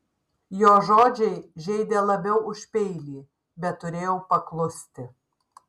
jo žodžiai žeidė labiau už peilį bet turėjau paklusti